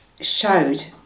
showed